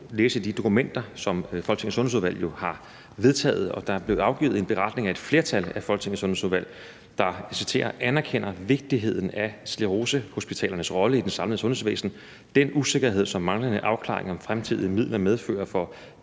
læse i de dokumenter, som Folketingets Sundhedsudvalg jo har vedtaget. Der er blevet afgivet en beretning af et flertal af Folketingets Sundhedsudvalg, der – og jeg citerer – anerkender vigtigheden af sklerosehospitalernes rolle i det samlede sundhedsvæsen og den usikkerhed, som en manglende afklaring om fremtidige midler medfører for